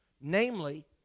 namely